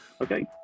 Okay